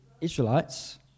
Israelites